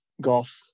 golf